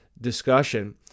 discussion